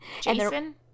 Jason